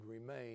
remain